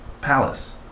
palace